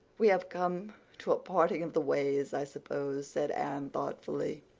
we have come to a parting of the ways, i suppose, said anne thoughtfully.